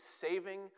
saving